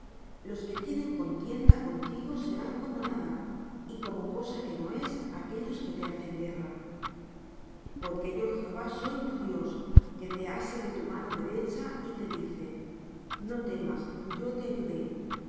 los que tienen contienda contigo serán como nada y como cosa que no es aquellos que te hacen guerra porque yo jehová soy tu dios que te ase de tu mano derecha y te dice no temas yo te ayudé